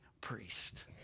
priest